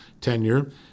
tenure